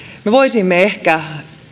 me voisimme ehkä